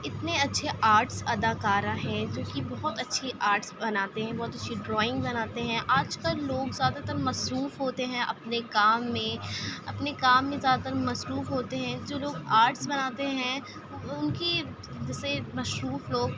اتنے اچھے آرٹس اداکارہ ہے جو کہ بہت اچھے آرٹس بناتے ہیں بہت اچھی ڈرائنگ بناتے ہیں آج کل لوگ زیادہ تر مصروف ہوتے ہیں اپنے کام میں اپنے کام میں زیادہ تر مصروف ہوتے ہیں جو لوگ آرٹس بناتے ہیں ان کی جیسے مصروف لوگ